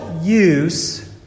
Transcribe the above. use